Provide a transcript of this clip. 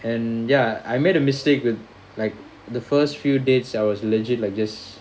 and ya I made a mistake with like the first few dates I was legit like just